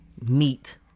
meet